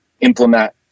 implement